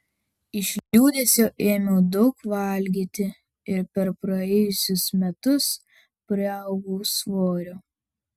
iš liūdesio ėmiau daug valgyti ir per praėjusius metus priaugau svorio